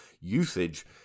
usage